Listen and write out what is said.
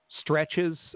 stretches